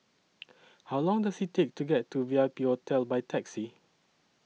How Long Does IT Take to get to V I P Hotel By Taxi